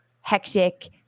hectic